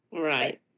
Right